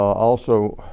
also,